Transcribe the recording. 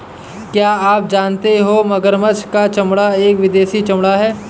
क्या आप जानते हो मगरमच्छ का चमड़ा एक विदेशी चमड़ा है